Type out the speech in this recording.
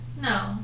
No